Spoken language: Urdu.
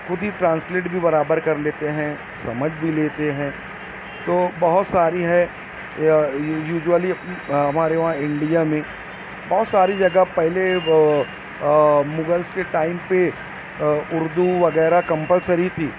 خود ہی ٹرانسلیٹ بھی برابر کر لیتے ہیں سمجھ بھی لیتے ہیں تو بہت ساری ہیں یوزولی ہمارے وہاں انڈیا میں بہت ساری جگہ پہلے مغلس کے ٹائم پہ اردو وغیرہ کمپلسری تھی